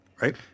right